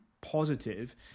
positive